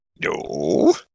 No